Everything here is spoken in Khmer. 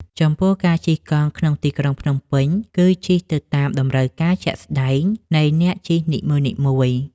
ចំពោះ ការជិះកង់ក្នុងទីក្រុងភ្នំពេញ គឺជិះទៅតាមតម្រូវការជាក់ស្ដៃងនៃអ្នកជិះនីមួយៗ។